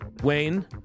Wayne